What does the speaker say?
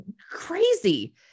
crazy